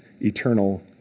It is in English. eternal